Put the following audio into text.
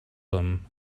him